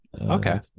Okay